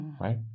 right